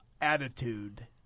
attitude